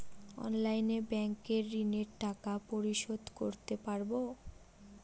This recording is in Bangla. অনলাইনে ব্যাংকের ঋণের টাকা পরিশোধ করতে পারবো?